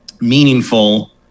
meaningful